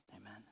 Amen